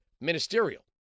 ministerial